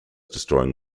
destroying